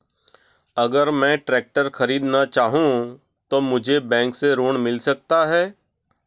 अगर मैं ट्रैक्टर खरीदना चाहूं तो मुझे बैंक से ऋण मिल सकता है?